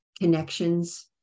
connections